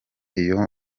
iyo